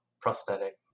prosthetic